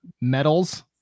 medals